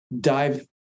dive